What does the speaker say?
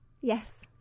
Yes